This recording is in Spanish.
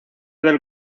del